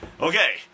Okay